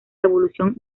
revolución